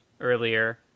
earlier